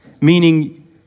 Meaning